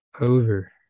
Over